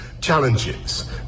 challenges